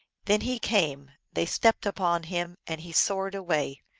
then he came they stepped upon him, and he soared away.